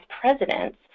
presidents